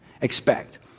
expect